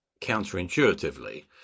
counterintuitively –